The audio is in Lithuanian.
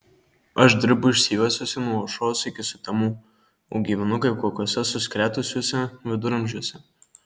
aš dirbu išsijuosusi nuo aušros iki sutemų o gyvenu kaip kokiuose suskretusiuose viduramžiuose